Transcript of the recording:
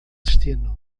destino